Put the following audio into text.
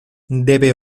debe